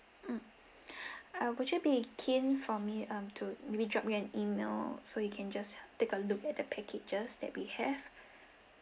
mm uh would you be keen for me um to maybe drop you an email so you can just take a look at the packages that we have